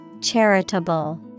Charitable